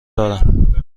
دارم